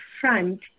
front